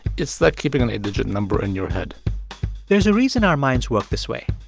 it's like keeping an eight-digit number in your head there's a reason our minds work this way.